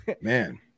Man